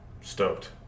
Stoked